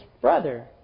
brother